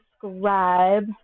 subscribe